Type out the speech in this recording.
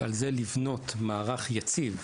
ולבנות על זה מערך יציב,